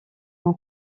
l’on